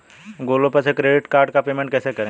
Google पर से credit card का पेमेंट कैसे करें?